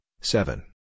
seven